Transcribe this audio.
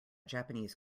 japanese